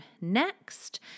next